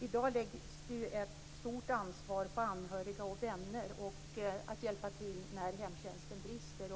I dag läggs ett stort ansvar på anhöriga och vänner att hjälpa till när hemtjänsten brister.